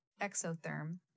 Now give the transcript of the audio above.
exotherm